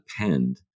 depend